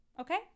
Okay